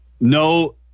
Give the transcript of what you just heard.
No